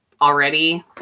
already